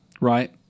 right